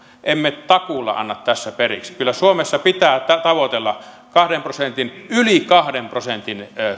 emme takuulla anna tässä periksi kyllä suomessa pitää tavoitella yli kahden prosentin